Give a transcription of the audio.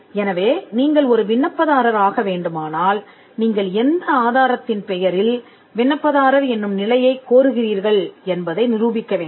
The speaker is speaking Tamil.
எனவே நீங்கள் ஒரு விண்ணப்பதாரர் ஆக வேண்டுமானால் நீங்கள் எந்த ஆதாரத்தின் பெயரில் விண்ணப்பதாரர் என்னும் நிலையைக் கோருகிறீர்கள் என்பதை நிரூபிக்க வேண்டும்